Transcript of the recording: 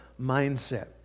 mindset